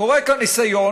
קורה כאן ניסיון